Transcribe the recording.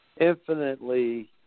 infinitely